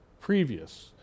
previous